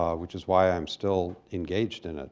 um which is why i'm still engaged in it.